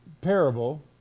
parable